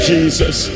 Jesus